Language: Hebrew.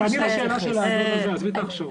אז תעני לשאלה של האדון הזה, עזבי את ההכשרות.